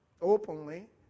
openly